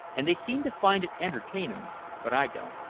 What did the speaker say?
and they seem to find it entertainin' but i don't,